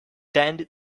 tend